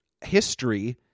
history